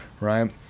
right